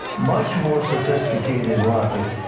much more sophisticated rockets.